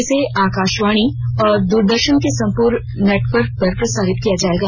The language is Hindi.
इसे आकाशवाणी और दूरदर्शन के संपूर्ण नेटवर्क पर प्रसारित किया जायेगा